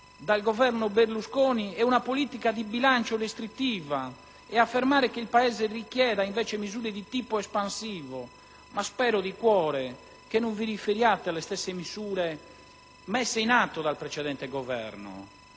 dal Governo Berlusconi è una politica di bilancio restrittiva e affermate che il Paese richiede invece misure di tipo espansivo, ma spero di cuore che non vi riferiate alle stesse misure messe in atto dal precedente Governo,